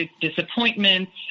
disappointments